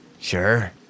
sure